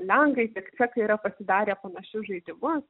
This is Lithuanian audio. lenkai tiek čekai yra pasidarę panašius žaidimus